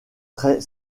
très